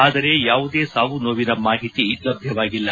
ಆದರೆ ಯಾವುದೇ ಸಾವು ನೋವಿನ ಮಾಹಿತಿ ಲಭ್ಯವಾಗಿಲ್ಲ